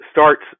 starts